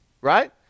right